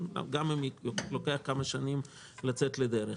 גם אם לוקח כמה שנים לצאת לדרך.